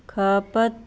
ਖਪਤ